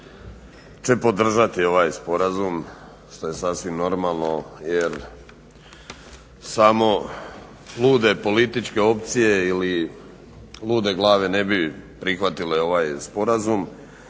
će podržati ovaj sporazum što je sasvim normalno jer samo lude političke opcije ili lude glave ne bi prihvatile ovaj sporazum.